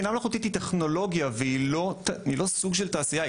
בינה מלאכותית היא טכנולוגיה והיא לא סוג של תעשייה,